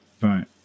right